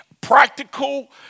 practical